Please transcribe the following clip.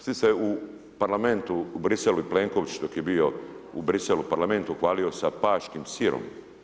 S tim se u Parlamentu u Briselu i Plenković dok je bio u Briselu u parlamentu hvalio sa Paškim sirom.